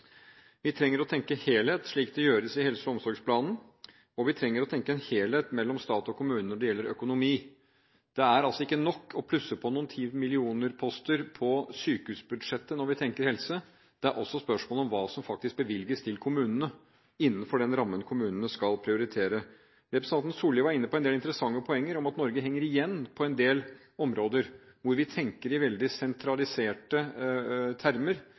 Vi trenger å tenke helhet, slik det gjøres i helse- og omsorgsplanen, og vi trenger å tenke en helhet mellom stat og kommune når det gjelder økonomi. Det er ikke nok å plusse på noen tyve millioner-poster på sykehusbudsjettet når vi tenker helse. Det er også spørsmål om hva som faktisk bevilges til kommunene innenfor den rammen hvor kommunene skal prioritere. Representanten Solli var inne på en del interessante poenger om at Norge henger igjen på en del områder hvor vi tenker i veldig sentraliserte termer